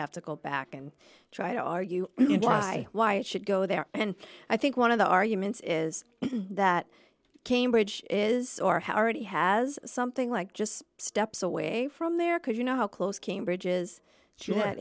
have to go back and try to argue why why it should go there and i think one of the arguments is that cambridge is or how already has something like just steps away from there could you know how close cambridge is j